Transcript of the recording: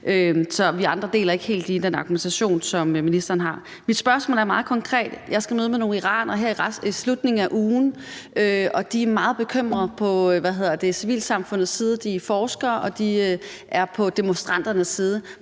Vi andre deler ikke helt lige den argumentation, som ministeren bruger. Mit spørgsmål er meget konkret. Jeg skal mødes med nogle iranere her i slutningen af ugen, og de er meget bekymrede for civilsamfundet. De er forskere, og de er på demonstranternes side.